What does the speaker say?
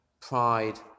pride